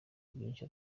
byinshi